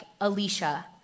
Alicia